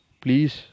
please